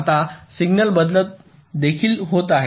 आत सिग्नल बदल देखील होत आहेत